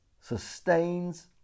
sustains